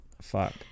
fuck